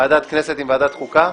ועדת כנסת עם ועדת חוקה?